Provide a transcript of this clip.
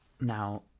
Now